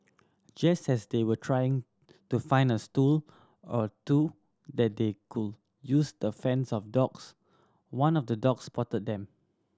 just as they were trying to find a stool or two that they could use to fends off dogs one of the dogs spotted them